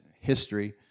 history